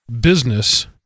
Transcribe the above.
business